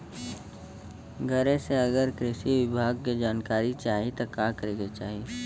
घरे से अगर कृषि विभाग के जानकारी चाहीत का करे के चाही?